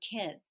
kids